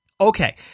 Okay